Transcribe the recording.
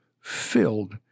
filled